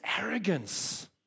arrogance